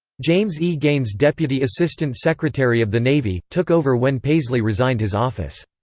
james e. gaines deputy assistant secretary of the navy, took over when paisley resigned his office.